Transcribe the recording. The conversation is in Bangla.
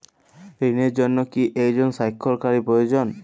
ঋণের জন্য কি একজন স্বাক্ষরকারী প্রয়োজন?